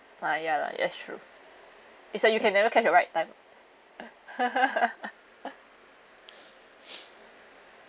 ah ya lah that's true it's like you can never catch the right time